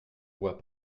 bois